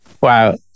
Wow